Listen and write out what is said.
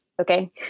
Okay